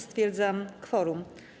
Stwierdzam kworum.